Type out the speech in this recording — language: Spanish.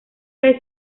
deben